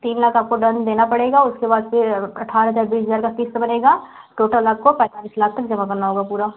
तीन लाख आपको डन देना पड़ेगा उसके बाद फिर अट्ठारह हज़ार बीस हज़ार की किस्त बनेगी टोटल आपको पैंतालीस तक जमा करना होगा पूरा